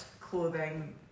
clothing